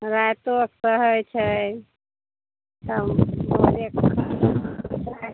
राइतो कऽ सहै छै तब भोरे